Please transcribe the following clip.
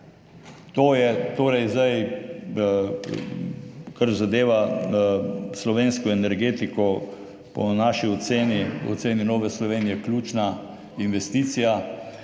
To je torej zdaj, kar zadeva slovensko energetiko, po naši oceni, po oceni Nove Slovenije ključna investicija